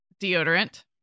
Deodorant